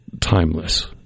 timeless